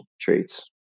traits